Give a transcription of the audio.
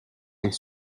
est